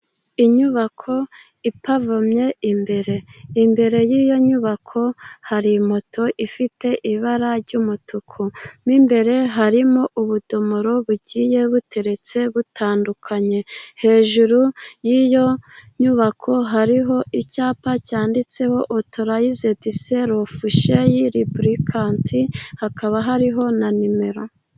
Inyubako ipavomye imbere, imbere y'iyo nyubako hari moto ifite ibara ry'umutuku n'imbere harimo ubudomoro bugiye buteretse butandukanye, hejuru y'iyo nyubako hariho icyapa cyanditseho otorayizediserofushayiribrikanti, hakaba hariho na nimero.